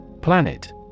planet